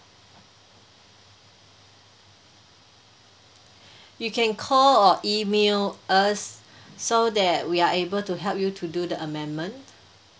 you can call or email us so that we are able to help you to do the amendment